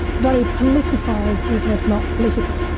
very politicized, even if not political,